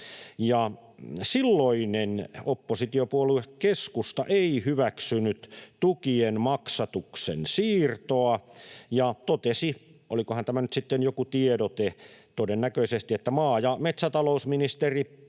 silloinen oppositiopuolue keskusta ei hyväksynyt tukien maksatuksen siirtoa ja totesi — olikohan tämä nyt sitten joku tiedote, todennäköisesti: ”Maa- ja metsätalousministeri